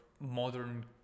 modern